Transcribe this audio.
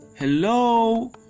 hello